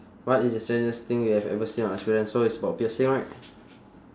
what is the strangest thing you have ever seen or experience so it's about piercing right